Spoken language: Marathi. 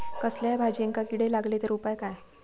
कसल्याय भाजायेंका किडे लागले तर उपाय काय?